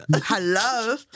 Hello